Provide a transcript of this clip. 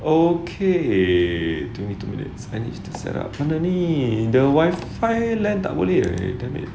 okay twenty two minutes I need to set up apa ni the wi-fi line tak boleh